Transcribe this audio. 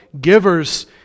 givers